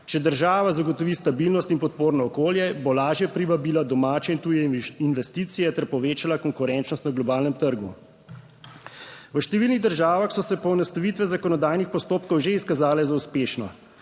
Če država zagotovi stabilnost in podporno okolje, bo lažje privabila domače in tuje investicije ter povečala konkurenčnost na globalnem trgu. V številnih državah so se poenostavitve zakonodajnih postopkov že izkazale za uspešno,